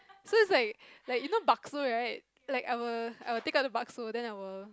so is like like you know bakso right like I will I will take out the bakso then I will